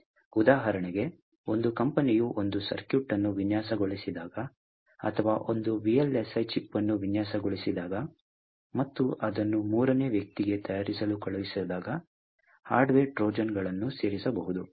ಉದಾಹರಣೆಗೆ ಒಂದು ಕಂಪನಿಯು ಒಂದು ಸರ್ಕ್ಯೂಟ್ ಅನ್ನು ವಿನ್ಯಾಸಗೊಳಿಸಿದಾಗ ಅಥವಾ ಒಂದು VLSI ಚಿಪ್ ಅನ್ನು ವಿನ್ಯಾಸಗೊಳಿಸಿದಾಗ ಮತ್ತು ಅದನ್ನು ಮೂರನೇ ವ್ಯಕ್ತಿಗೆ ತಯಾರಿಸಲು ಕಳುಹಿಸಿದಾಗ ಹಾರ್ಡ್ವೇರ್ ಟ್ರೋಜನ್ಗಳನ್ನು ಸೇರಿಸಬಹುದು